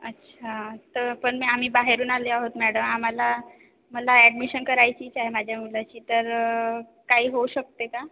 अच्छा तर पण मी आम्ही बाहेरून आलो आहोत मॅड आम्हाला मला ॲडमिशन करायचीच आहे माझ्या मुलाची तर काही होऊ शकते का